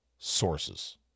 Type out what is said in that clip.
sources